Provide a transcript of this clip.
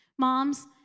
Moms